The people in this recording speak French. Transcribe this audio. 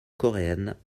coréenne